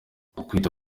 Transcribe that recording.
kwita